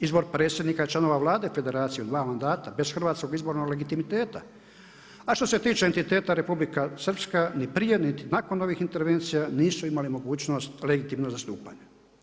Izbor predsjednika i članova Vlade federacije u sva mandata, bez hrvatskog izbornog legitimiteta a što se tiče entiteta Republika Srpska ni prije niti nakon ovih intervencija nisu imale mogućnost legitimno zastupanja.